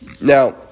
Now